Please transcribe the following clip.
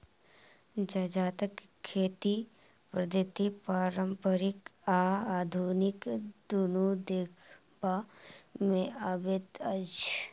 जजातिक खेती पद्धति पारंपरिक आ आधुनिक दुनू देखबा मे अबैत अछि